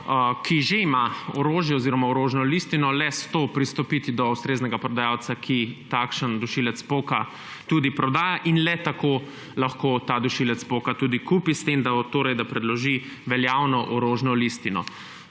ki že ima orožje oziroma orožno listino, le s to prestopiti do ustreznega prodajalca, ki takšen dušilec poka tudi prodaja, in le tako lahko ta dušilec poka tudi kupi, torej s tem, da predloži veljavno orožno listino.